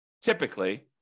typically